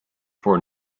for